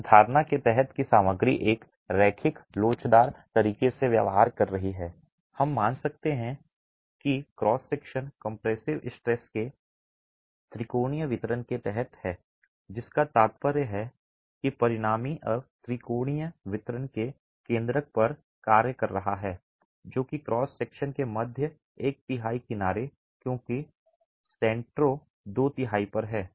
इस धारणा के तहत कि सामग्री एक रैखिक लोचदार तरीके से व्यवहार कर रही है हम मान सकते हैं कि क्रॉस सेक्शन कंप्रेसिव स्ट्रेस के त्रिकोणीय वितरण के तहत है जिसका तात्पर्य यह है कि परिणामी अब त्रिकोणीय वितरण के केंद्रक पर कार्य कर रहा है जो कि क्रॉस सेक्शन के मध्य एक तिहाई के किनारे क्योंकि सेंट्रो दो तिहाई पर है